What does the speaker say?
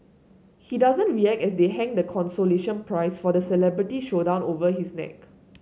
he doesn't react as they hang the consolation prize for the celebrity showdown over his neck